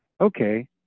Okay